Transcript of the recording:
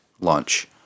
lunch